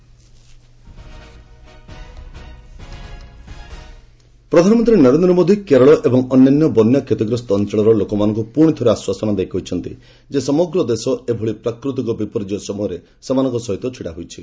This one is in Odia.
ପିଏମ୍ ମନ୍ କି ବାତ୍ ପ୍ରଧାନମନ୍ତ୍ରୀ ନରେନ୍ଦ୍ର ମୋଦି କେରଳ ଏବଂ ଅନ୍ୟାନ୍ୟ ବନ୍ୟା କ୍ଷତିଗ୍ରସ୍ତ ଅଞ୍ଚଳର ଲୋକମାନଙ୍କୁ ପୁଣିଥରେ ଆଶ୍ୱାସନା ଦେଇ କହିଛନ୍ତି ସମଗ୍ର ଦେଶ ଏହିଭଳି ପ୍ରାକୃତିକ ବିପର୍ଯ୍ୟୟ ସମୟରେ ସେମାନଙ୍କ ସହିତ ଛିଡା ହୋଇଛି